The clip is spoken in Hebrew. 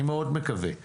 אני מאוד מקווה.